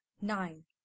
nine